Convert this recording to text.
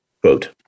Quote